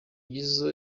jizzo